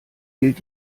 gilt